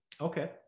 Okay